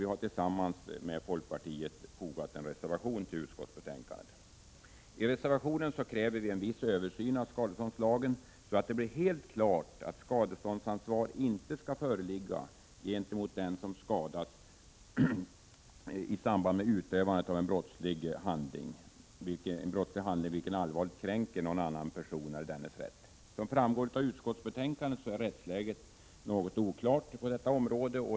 Vi har tillsammans med folkpartiet fogat en reservation till utskottsbetänkandet. I reservationen kräver vi en viss översyn av skadeståndslagen så att det blir helt klart att skadeståndsansvar inte skall föreligga gentemot den som skadas 107 i samband med utövandet av en brottslig handling, vilken allvarligt kränker någon annan person eller dennes rätt. Som framgår av utskottsbetänkandet är rättsläget något oklart på detta område.